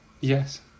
yes